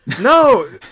No